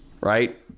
right